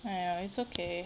!aiya! it's okay